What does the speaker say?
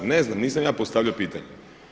Ne znam, nisam ja postavljao pitanje.